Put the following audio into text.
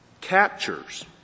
captures